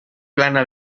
plana